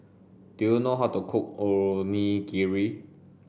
do you know how to cook Onigiri